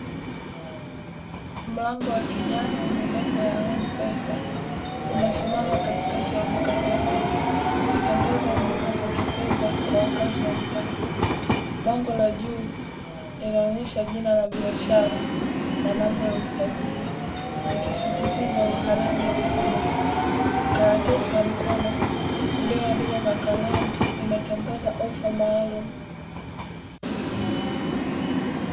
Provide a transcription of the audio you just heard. Mlango wa kijani wenye nembo ya "M PESA" unasimama katikati ya duka dogo, ukitangaza huduma za kifedha kwa wakazi wa mtaa. Bango la juu linaonyesha jina la biashara, na namba za usajili ikisisitiza uhalali wa huduma. Karatasi ya mkono iliyoandikwa kwa kalamu, inatangaza ofa maalumu.